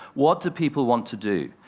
what do people want to do?